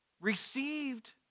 received